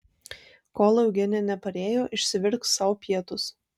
kol eugenija neparėjo išsivirk sau pietus